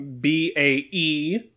B-A-E